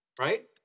right